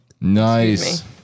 Nice